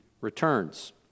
returns